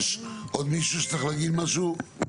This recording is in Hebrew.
יש עוד מישהו שצריך להגיד משהו?